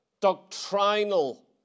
doctrinal